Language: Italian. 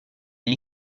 gli